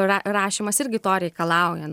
ra rašymas irgi to reikalauja